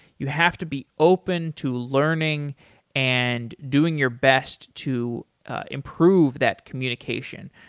you have to be open to learning and doing your best to improve that communication.